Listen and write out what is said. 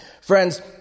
Friends